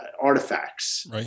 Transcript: artifacts